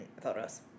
photos